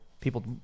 people